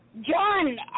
John